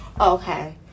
Okay